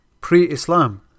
pre-Islam